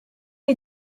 est